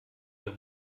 wir